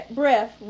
breath